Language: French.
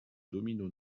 domino